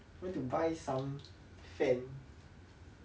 went to buy some fan